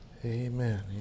Amen